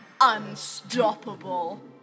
unstoppable